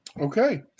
Okay